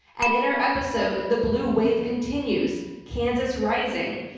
and in our episode the blue wave continues, kansas rising,